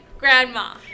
Grandma